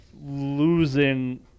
losing